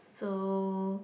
so